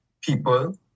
people